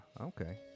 okay